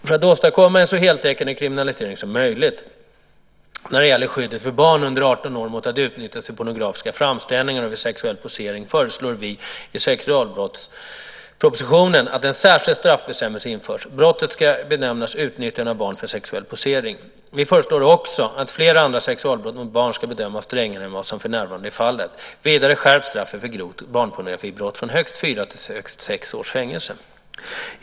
För att åstadkomma en så heltäckande kriminalisering som möjligt när det gäller skyddet för barn under 18 år mot att utnyttjas i pornografiska framställningar och vid sexuell posering föreslår vi i sexualbrottspropositionen att en särskild straffbestämmelse införs. Brottet ska benämnas utnyttjande av barn för sexuell posering. Vi föreslår också att flera andra sexualbrott mot barn ska bedömas strängare än vad som för närvarande är fallet. Vidare skärps straffet för grovt barnpornografibrott från högst fyra till högst sex års fängelse.